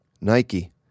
Nike